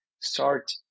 start